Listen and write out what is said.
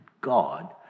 God